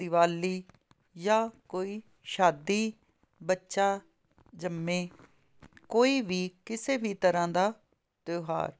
ਦਿਵਾਲੀ ਜਾਂ ਕੋਈ ਸ਼ਾਦੀ ਬੱਚਾ ਜੰਮੇ ਕੋਈ ਵੀ ਕਿਸੇ ਵੀ ਤਰ੍ਹਾਂ ਦਾ ਤਿਉਹਾਰ